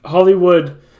Hollywood